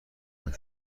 مند